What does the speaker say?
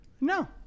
No